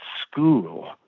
school